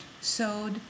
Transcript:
sewed